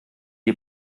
die